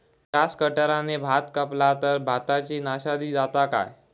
Grass कटराने भात कपला तर भाताची नाशादी जाता काय?